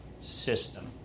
system